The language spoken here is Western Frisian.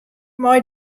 mei